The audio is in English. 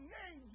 name